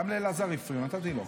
גם לאלעזר הפריעו, נתתי לו.